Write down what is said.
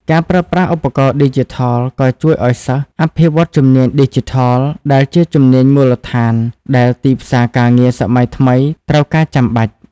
ការប្រើប្រាស់ឧបករណ៍ឌីជីថលក៏ជួយឱ្យសិស្ស អភិវឌ្ឍជំនាញឌីជីថល ដែលជាជំនាញមូលដ្ឋានដែលទីផ្សារការងារសម័យថ្មីត្រូវការចាំបាច់។